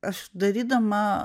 aš darydama